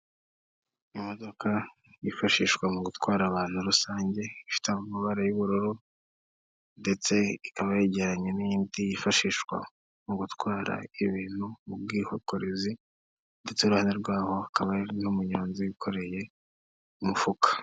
Imodoka yifashishwa mu gutwara abantu rusange, ifite amabara y'ubururu ndetse ikaba yegeranye n'indi yifashishwa mu gutwara ibintu mu bwikorekorezi ndetse iruhande rwaho hakaba n'umunyonzi ukoreye mu mufuka.